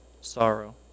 sorrow